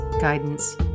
Guidance